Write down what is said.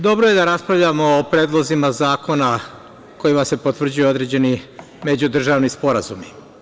Dobro je da raspravljamo o predlozima zakona kojima se potvrđuju određeni međudržavni sporazumi.